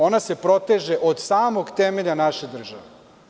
Ona se proteže od samog temelja naše države.